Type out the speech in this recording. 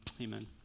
Amen